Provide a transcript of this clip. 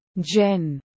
Jen